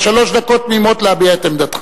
יש לך שלוש דקות תמימות להביע את עמדתך.